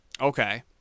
okay